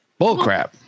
Bullcrap